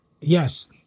Yes